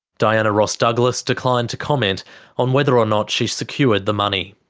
diana ross douglas declined to comment on whether or not she secured the money.